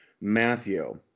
Matthew